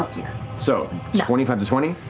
so twenty five to twenty.